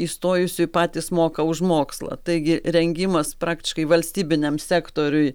įstojusiųjų patys moka už mokslą taigi rengimas praktiškai valstybiniam sektoriui